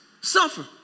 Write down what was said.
suffer